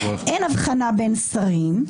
אין הבחנה בין שרים.